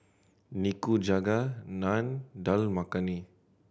Nikujaga Naan Dal Makhani